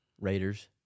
Raiders